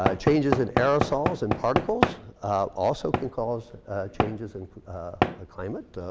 ah changes in aerosols and particles also can cause changes in ah climate.